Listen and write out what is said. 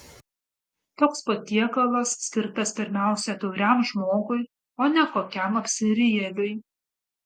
toks patiekalas skirtas pirmiausia tauriam žmogui o ne kokiam apsirijėliui